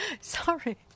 sorry